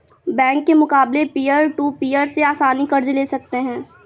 bank के मुकाबले peer to peer से आसनी से कर्ज ले सकते है